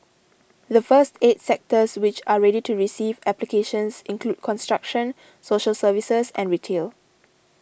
the first eight sectors which are ready to receive applications include construction social services and retail